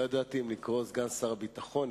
לא ידעתי אם לקרוא לך סגן שר הביטחון.